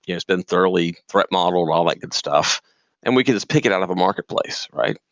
yeah it's been thoroughly threat modeled, all that good stuff and we could just pick it out of a market place, right?